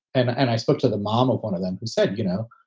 and and i spoke to the mom of one of them who said, you know,